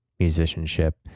musicianship